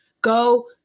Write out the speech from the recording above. Go